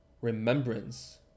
remembrance